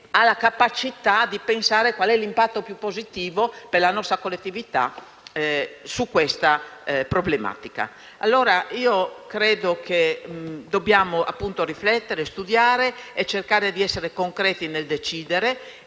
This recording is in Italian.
la capacità di pensare qual è l'impatto più positivo per la nostra collettività rispetto a questa problematica. Credo quindi che dobbiamo riflettere, studiare e cercare di essere concreti nel decidere